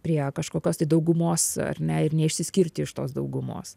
prie kažkokios tai daugumos ar ne ir neišsiskirti iš tos daugumos